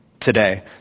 today